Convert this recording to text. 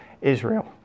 Israel